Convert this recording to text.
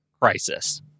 crisis